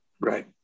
right